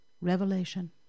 Revelation